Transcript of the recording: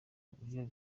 kuburyo